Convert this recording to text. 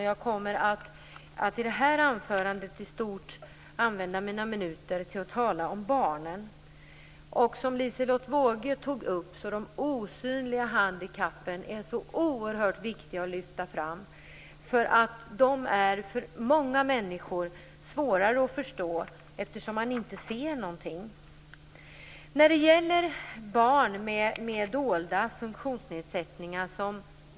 Jag kommer i detta anförande i stort sett att använda mina minuter till att tala om barnen. Precis som Liselotte Wågö tog upp är de osynliga handikappen oerhört viktiga att lyfta fram. De är för många människor svårare att förstå eftersom man inte ser någonting.